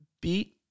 beat